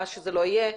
מה שזה לא יהיה,